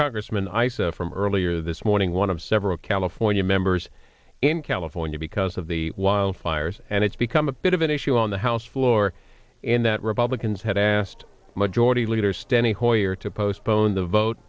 congressman i see from earlier this morning one of several california members in california because of the wildfires and it's become a bit of an issue on the house floor and that republicans had asked majority leader standing hoyer to postpone the vote